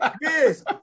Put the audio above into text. Yes